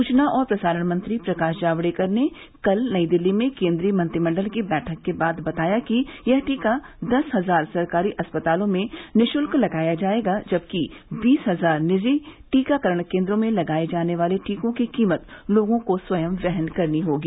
सूचना और प्रसारण मंत्री प्रकाश जावडेकर ने कल नई दिल्ली में केन्द्रीय मंत्रिमंडल की बैठक के बाद बताया कि यह टीका दस हजार सरकारी अस्पतालों में निश्ल्क लगाया जायेगा जबकि बीस हजार निजी टीकाकरण केन्द्रों में लगाये जाने वाले टीकों की कीमत लोगों को स्वयं वहन करनी होगी